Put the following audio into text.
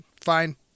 fine